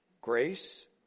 grace